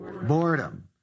Boredom